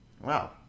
Wow